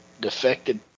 defected